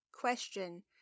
question